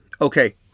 Okay